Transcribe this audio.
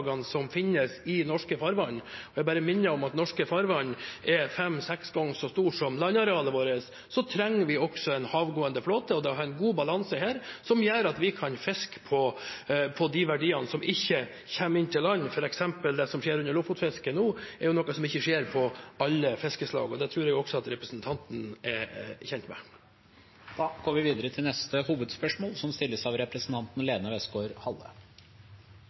som finnes i norske farvann, og jeg bare minner om at norske farvann er fem–seks ganger så stort som landarealet vårt, trenger vi også en havgående flåte. Vi trenger en god balanse her, som gjør at vi kan fiske på de verdiene som ikke kommer inn til land. Det som f.eks. skjer under lofotfisket nå, er noe som ikke skjer for alle fiskeslag. Det tror jeg også representanten er kjent med. Da går vi videre til neste hovedspørsmål.